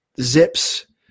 Zips